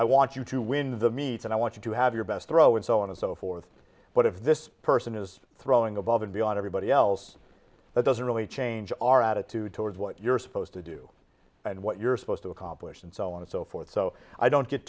i want you to win the meat and i want you to have your best throw and so on and so forth but if this person is throwing above and beyond everybody else that doesn't really change our attitude towards what you're supposed to do and what you're supposed to accomplish and so on and so forth so i don't get